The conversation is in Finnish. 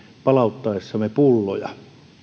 palauttaessamme pulloja